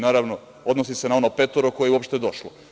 Naravno, odnosi se na ono petoro koje je uopšte došlo.